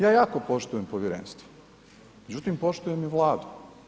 Ja jako poštujem povjerenstvo, međutim poštujem i Vladu.